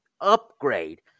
upgrade